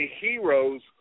heroes